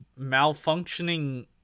Malfunctioning